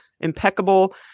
impeccable